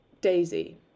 Daisy